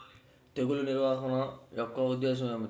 తెగులు నిర్వహణ యొక్క ఉద్దేశం ఏమిటి?